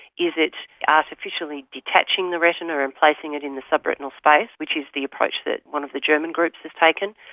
is it artificially detaching the retina and placing it in the subretinal space, which is the approach that one of the german groups has taken,